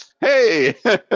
hey